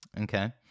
Okay